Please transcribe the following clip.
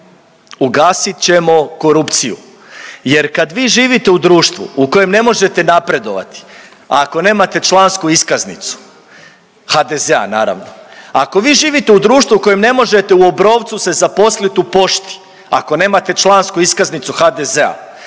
ugasit ćemo korupciju jer kad vi živite u društvu u kojem ne možete napredovati ako nemate člansku iskaznicu HDZ-a naravno, ako vi živite u društvu u kojem ne možete u Obrovcu se zaposlit u Pošti ako nemate člansku iskaznicu HDZ-a,